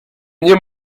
nie